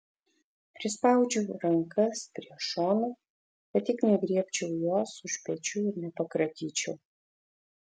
prispaudžiu rankas prie šonų kad tik negriebčiau jos už pečių ir nepakratyčiau